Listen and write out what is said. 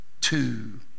two